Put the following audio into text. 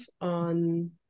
on